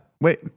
Wait